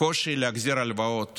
הקושי להחזיר הלוואות